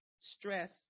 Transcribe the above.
stress